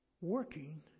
working